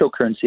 cryptocurrency